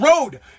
road